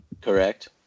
Correct